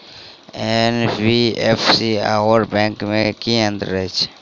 NBFC आओर bank मे की अंतर अछि?